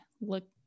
Look